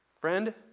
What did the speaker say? Friend